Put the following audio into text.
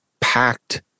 packed